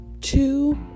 Two